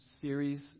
series